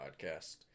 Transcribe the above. podcast